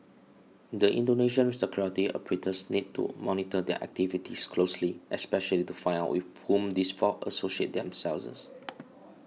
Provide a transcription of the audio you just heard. the Indonesian security apparatus needs to monitor their activities closely especially to find out with whom these four associate themselves